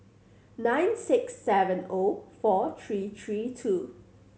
nine six seven O four three three two